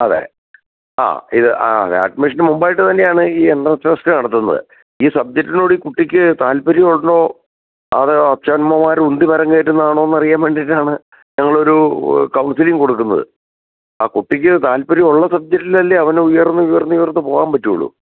അതെ ആ ഇത് അതെ അഡ്മിഷനു മുൻപായിട്ട് തന്നെയാണ് ഈ എൻട്രൻസ് ടെസ്റ്റ് നടത്തുന്നത് ഈ സബ്ജെക്ടിൽ കൂടി കുട്ടിക്ക് താൽപര്യം ഉണ്ടോ അതോ അച്ഛൻഅമ്മമാര് ഉന്തി മരം കയറ്റുന്നതാണോ എന്ന് അറിയാൻ വേണ്ടിയിട്ടാണ് ഞങ്ങളൊരു കൌൺസിലിംഗ് കൊടുക്കുന്നത് ആ കുട്ടിക്ക് താൽപര്യം ഉള്ള സബ്ജക്ടിലല്ലേ അവന് ഉയർന്ന് ഉയർന്നുയർന്ന് പോകാൻ പറ്റുകയുള്ളു